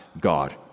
God